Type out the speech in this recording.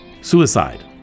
suicide